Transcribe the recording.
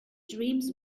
dreams